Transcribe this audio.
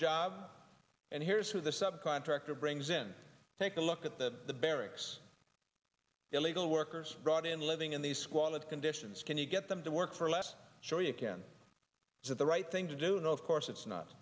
job and here's who the sub contractor brings in take a look at the barracks illegal workers brought in living in these squalid conditions can you get them to work for less sure you can do the right thing to do no of course it's n